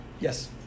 Yes